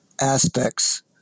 aspects